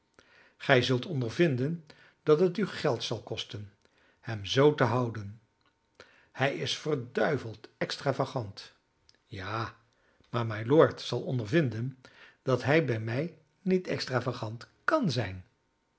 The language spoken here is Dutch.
gij zult ondervinden dat het u geld zal kosten hem zoo te houden hij is verduiveld extravagant ja maar mylord zal ondervinden dat hij bij mij niet extravagant kan zijn